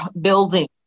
building